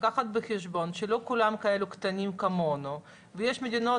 ולקחת בחשבון שלא כולם כאלה קטנים כמונו ויש מדינות